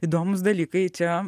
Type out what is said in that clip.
įdomūs dalykai čia